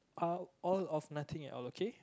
how all of nothing at all okay